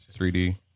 3d